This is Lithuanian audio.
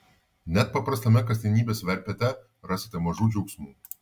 net paprastame kasdienybės verpete rasite mažų džiaugsmų